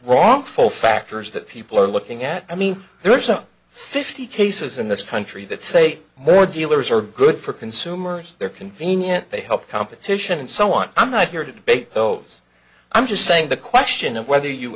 wrongful factors that people are looking at i mean there are some fifty cases in this country that say more dealers are good for consumers they're convenient they help competition and so on i'm not here to debate those i'm just saying the question of whether you